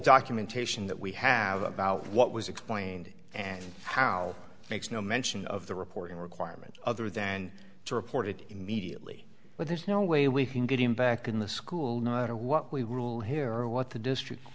documentation that we have about what was explained and how it makes no mention of the reporting requirement other than to report it immediately but there's no way we can get him back in the school not out of what we rule here or what the district